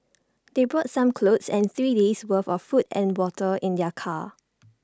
they brought some clothes and three days' worth of food and water in their car